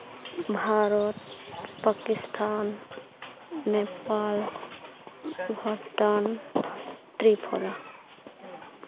Bharat Pakistan Nepal Bhutan Tripura